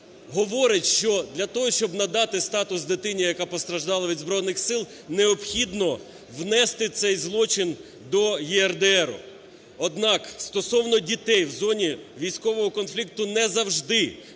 говорить, що для того, щоб надати статус дитині, яка постраждала від збройних сил, необхідно внести цей злочин до ЄРДРу. Однак стосовно дітей в зоні військового конфлікту не завжди